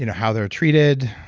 you know how they're treated,